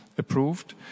approved